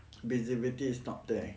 visibility is not there